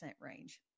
range